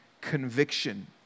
conviction